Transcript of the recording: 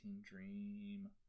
dream